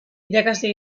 irakasle